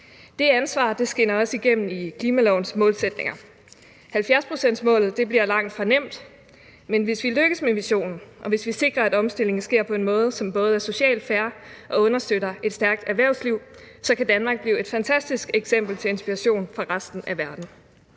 Det ansvar skinner også igennem i klimalovens målsætninger. 70-procentsmålet bliver langtfra nemt, men hvis vi lykkes med missionen, og hvis vi sikrer, at omstillingen sker på en måde, som både er socialt fair og understøtter et stærkt erhvervsliv, så kan Danmark blive et fantastisk eksempel til inspiration for resten af verden.